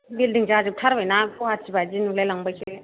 building जाजोब थारबायना गुवाहाटि बायदि नुलाय लांबायसो